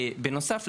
בנוסף,